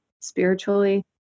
spiritually